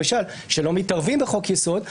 למשל, שלא מתערבים בחוק-יסוד.